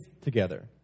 together